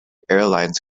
airlines